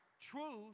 truth